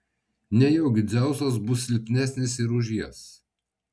nejaugi dzeusas bus silpnesnis ir už jas